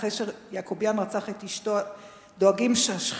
אחרי שיעקובאן רצח את אשתו דואגים השכנים,